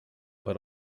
but